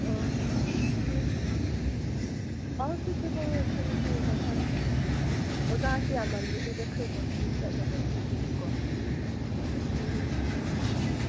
ꯑꯣ ꯍꯣꯏ ꯑꯥ ꯆꯣ ꯆꯣ ꯍꯣꯏ ꯍꯣꯏ ꯈꯪꯉꯦ ꯈꯪꯉꯦ ꯍꯣꯏ ꯈꯪꯈ꯭ꯔꯦ ꯑꯣꯖꯥꯁꯤ ꯌꯥꯝꯃꯟꯕꯗꯨꯗ ꯈꯔ ꯀꯣꯟꯐ꯭ꯌꯨꯁ ꯆꯠꯂꯕ ꯑꯩꯁꯦ ꯑꯗꯨꯒꯤꯀꯣ ꯎꯝ ꯎꯝ